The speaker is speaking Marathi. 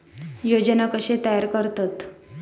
योजना कशे तयार करतात?